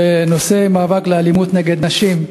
בנושא המאבק באלימות נגד נשים,